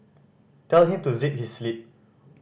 tell him to zip his lip